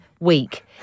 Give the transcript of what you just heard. week